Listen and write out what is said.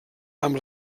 amb